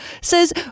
says